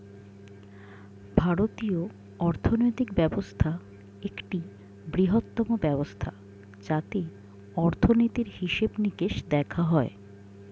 ভারতীয় অর্থনৈতিক ব্যবস্থা একটি বৃহত্তম ব্যবস্থা যাতে অর্থনীতির হিসেবে নিকেশ দেখা হয়